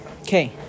okay